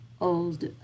old